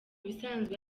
bisanzwe